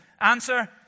Answer